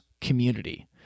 community